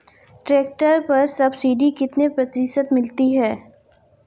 Tractor पर subsidy कितने प्रतिशत मिलती है?